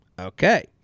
Okay